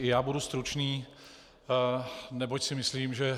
I já budu stručný, neboť si myslím, že